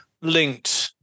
linked